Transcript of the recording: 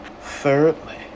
thirdly